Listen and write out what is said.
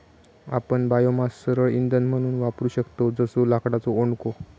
आपण बायोमास सरळ इंधन म्हणून वापरू शकतव जसो लाकडाचो ओंडको